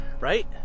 right